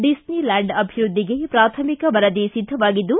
Disney land ಅಭಿವೃದ್ದಿಗೆ ಪ್ರಾಥಮಿಕ ವರದಿ ಸಿದ್ದವಾಗಿದ್ದು